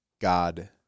God